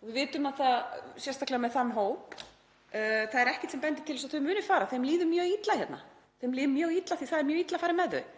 Við vitum að sérstaklega með þann hóp er ekkert sem bendir til þess að þau muni fara. Þeim líður mjög illa hérna því að það er mjög illa farið með þau.